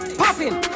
popping